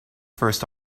first